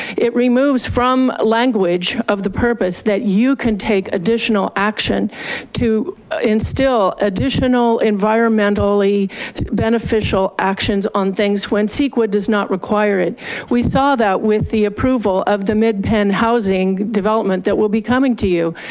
it removes from language of the purpose that you can take additional action to instill additional environmentally beneficial actions on things when ceqa does not require it. we saw that with the approval of the mid penn housing development that will be coming to you.